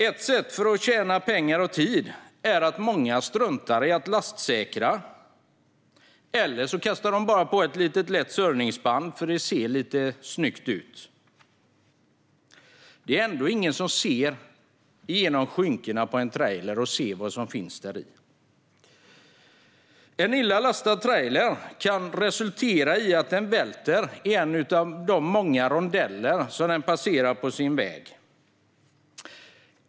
Ett sätt att tjäna pengar och tid är att strunta i att lastsäkra eller att bara kasta på ett litet surrningsband för att det ska se snyggt ut. Det är ändå ingen som ser genom skynkena på en trailer vad som finns där. En illa lastad trailer kan välta i en av de många rondeller den passerar på sin väg.